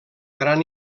gran